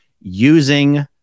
using